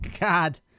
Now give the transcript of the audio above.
God